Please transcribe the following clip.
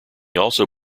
also